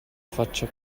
faccia